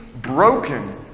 broken